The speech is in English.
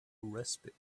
respite